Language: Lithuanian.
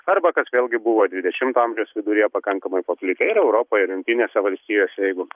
arba kas vėlgi buvo dvidešimto amžiaus viduryje pakankamai paplitę ir europoje ir jungtinėse valstijose jeigu